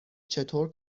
چطور